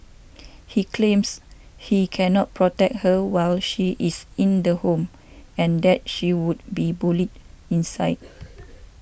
he claims he cannot protect her while she is in the home and that she would be bullied inside